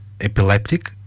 epileptic